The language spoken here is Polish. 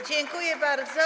Dziękuję bardzo.